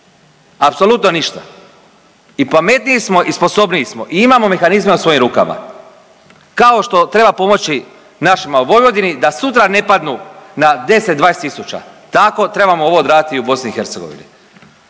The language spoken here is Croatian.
Apsolutno ništa. I pametniji smo i sposobniji smo i imamo mehanizme u svojim rukama. Kao što treba pomoći našima u Vojvodini da sutra ne padnu na 10-20 tisuća tako trebamo ovo odraditi i u BiH.